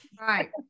Right